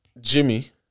Jimmy